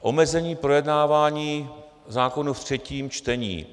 Omezení projednávání zákonů ve třetím čtení.